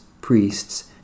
priests